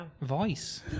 voice